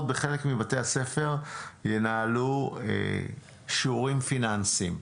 בחלק מבתי הספר ינהלו שיעורים פיננסיים.